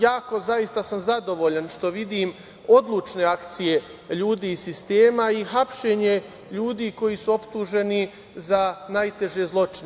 Jako sam zadovoljan što vidim odlučne akcije ljudi iz sistema i hapšenje ljudi koji su optuženi za najteže zločine.